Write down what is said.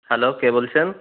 hello কে বলছেন